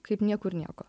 kaip niekur nieko